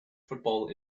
football